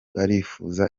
arifuza